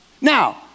Now